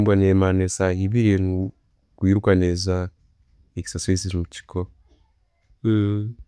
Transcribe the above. Embwa ne mara esaaha ebiiri, ekwiruka ne zaara, exercise rukichikora.